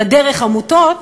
אלא דרך עמותות,